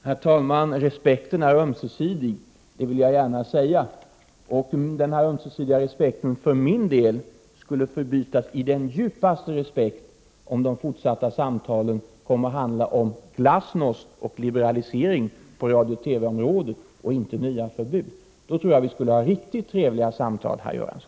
Herr talman! Respekten är ömsesidig, det vill jag gärna säga. För min del skulle denna ömsesidiga respekt förbytas i den djupaste respekt, om de fortsatta samtalen kom att handla om glasnost och liberalisering på radiooch TV-området och inte om nya förbud. Då tror jag vi skulle ha riktigt trevliga samtal, herr Göransson.